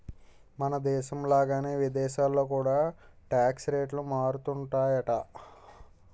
మనదేశం లాగానే విదేశాల్లో కూడా టాక్స్ రేట్లు మారుతుంటాయట